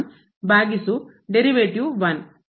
ಇದು 0 ಕ್ಕೆ ಹೋಗುತ್ತದೆಯೇ